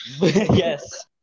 Yes